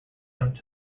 some